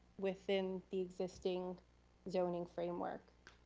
within the existing zoning framework.